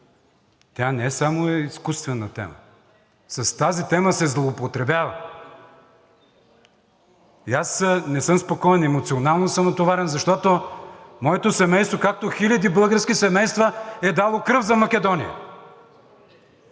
не само е изкуствена тема, а с тази тема се злоупотребява и аз не съм спокоен, емоционално съм натоварен, защото моето семейство, както хиляди български семейства, е дало кръв за Македония!